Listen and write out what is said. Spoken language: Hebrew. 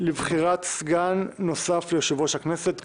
לבחירת סגן נוסף ליושב-ראש הכנסת.